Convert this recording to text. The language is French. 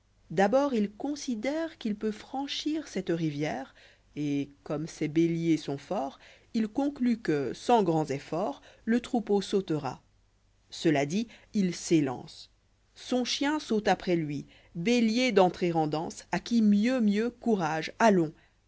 d'abord il considère i qu'il peut franchir cette rivière et comme sesibéliers sont forts il conclut que sans grands efforts le troupeau sautera cela dit il s'élance son chien saute après lui béliers d'entrer en danse a qui mieux mieux courager allons